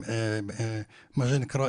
מה שנקרא,